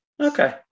Okay